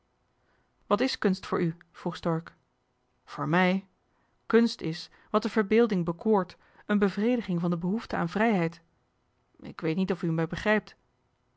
wat is kunst voor u vroeg stork voor mij kùnst is wat de verbeelding bekoort een bevrediging van de behoefte aan vrijheid ik weet niet of u me begrijpt